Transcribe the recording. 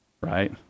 Right